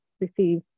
receive